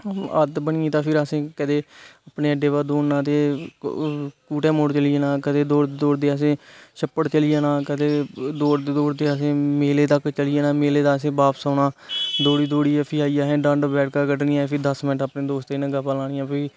आदत बनी गेई ते फिर आसे कंदे अपने अड्डे उपर दौड़ना ते कूटा मोड़ चली जाना कंदे दौड़दे दौड़दे असें छप्पड़ चली जाना कंदे दौड़दे दौड़दे असें मेले तक चली जाना मेला दा असें बापस औना दौड़ी दौड़ी ऐ फिह् आइयै असें डंड बैठकां कड्ढनियां फिर दस मिन्ट अपने दौस्तें कन्नै गप्पां लानियां फिह्